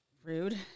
rude